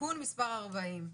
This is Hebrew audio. (תיקון מס' 40)